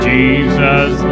Jesus